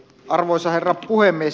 arvoisa herra puhemies